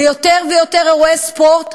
ויותר ויותר אירועי ספורט,